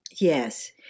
Yes